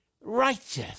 righteous